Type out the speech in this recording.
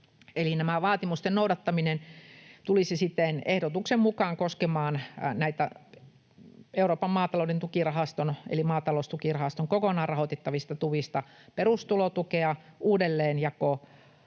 vaatimusten noudattaminen tulisi siten ehdotuksen mukaan koskemaan näistä Euroopan maatalouden tukirahaston eli maataloustukirahaston kokonaan rahoitettavista tuista perustulotukea, uudelleenjakotulotukea,